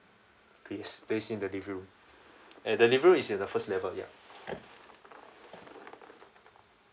yes based in the living room and the living room is in the first level ya